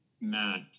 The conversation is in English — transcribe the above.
Matt